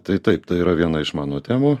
tai taip tai yra viena iš mano temų